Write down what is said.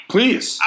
Please